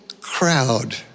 crowd